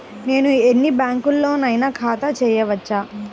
నేను ఎన్ని బ్యాంకులలోనైనా ఖాతా చేయవచ్చా?